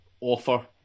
offer